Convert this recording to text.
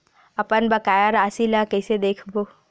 अपन बकाया राशि ला कइसे देखबो?